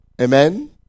Amen